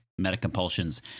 metacompulsions